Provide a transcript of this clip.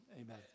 Amen